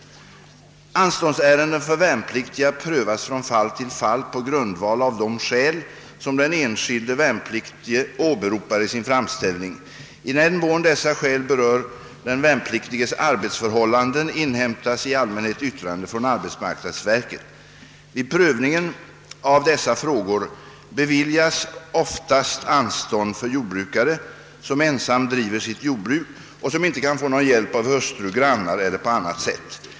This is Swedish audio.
Anståndsärenden för värnpliktiga prövas från fall till fall på grundval av de skäl som den enskilde värnpliktige åberopar i sin framställning. I den mån dessa skäl berör den värnpliktiges arbetsförhållanden inhämtas i allmänhet yttrande från arbetsmarknadsverket. Vid prövningen av dessa frågor beviljas oftast anstånd för jordbrukare som ensam driver sitt jordbruk och som inte kan få någon hjälp av hustru, grannar eller på annat sätt.